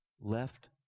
left